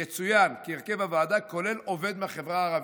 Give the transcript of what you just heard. יצוין כי הרכב הוועדה כולל עובד מהחברה הערבית.